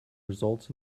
results